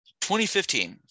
2015